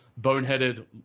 boneheaded